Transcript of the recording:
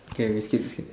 kay we skip skip